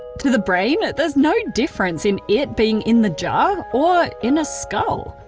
to the brain, there's no difference in it being in the jar, or in a skull.